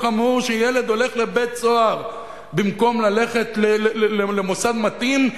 שילד הולך לבית-סוהר במקום ללכת למוסד מתאים,